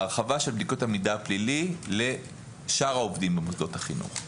ההרחבה של בדיקות המידע הפלילי לשאר העובדים במוסדות החינוך.